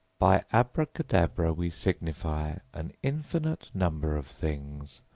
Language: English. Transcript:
by abracadabra we signify an infinite number of things.